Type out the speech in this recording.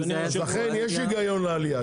לכן יש היגיון לעלייה.